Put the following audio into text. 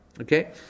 Okay